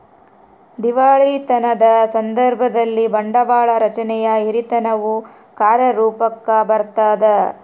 ದಿವಾಳಿತನದ ಸಂದರ್ಭದಲ್ಲಿ, ಬಂಡವಾಳ ರಚನೆಯ ಹಿರಿತನವು ಕಾರ್ಯರೂಪುಕ್ಕ ಬರತದ